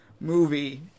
movie